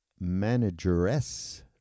manageress